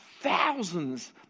thousands